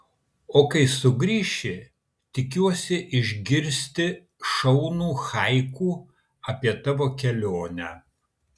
o kai sugrįši tikiuosi išgirsti šaunų haiku apie tavo kelionę